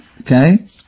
Okay